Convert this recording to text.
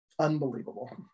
unbelievable